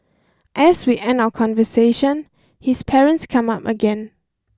as we end our conversation his parents come up again